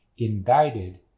indicted